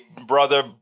brother